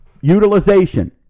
utilization